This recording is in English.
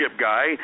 guy